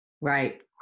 Right